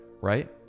Right